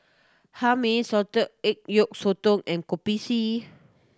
Hae Mee salted egg yolk sotong and Kopi C